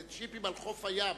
זה ג'יפים על חוף הים.